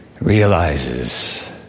realizes